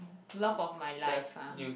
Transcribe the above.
love of my life ah